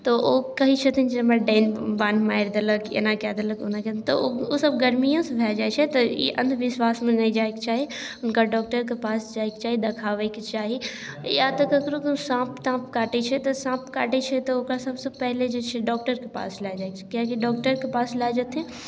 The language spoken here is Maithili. तऽ ओ कहै छथिन जे हमरा डाइन वाण मारि देलक एनाकऽ देलक ओनाकऽ देलक तऽ ओ सब गरमिओसँ भऽ जाए छै तऽ ई अन्धविश्वासमे नहि जाएके चाही हुनका डॉक्टरके पास जाएके चाही देखाबैके चाही या तऽ ककरो ककरो साँप ताँप काटै छै तऽ साँप काटै छै तऽ ओकरा सबसँ पहिले जे छै डॉक्टरके पास लऽ जाए छै कियाकि डॉक्टरके पास लऽ जेथिन